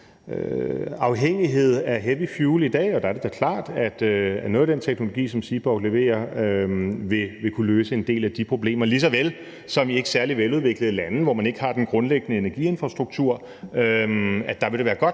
afhængighed af heavy fuel i dag, og der er det da klart, at noget af den teknologi, som Seaborg leverer, vil kunne løse en del af de problemer. Lige så vel vil det i ikke særlig udviklede lande, hvor man ikke har den grundliggende energiinfrastruktur, være godt